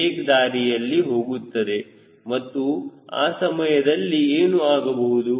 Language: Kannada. ವೇಕ್ ದಾರಿಯಲ್ಲಿ ಹೋಗುತ್ತದೆ ಮತ್ತು ಆ ಸಮಯದಲ್ಲಿ ಏನು ಆಗಬಹುದು